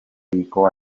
dedicó